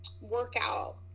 workout